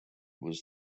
was